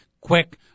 quick